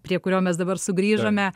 prie kurio mes dabar sugrįžome